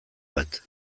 bat